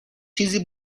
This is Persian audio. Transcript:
چیزی